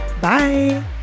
Bye